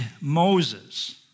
Moses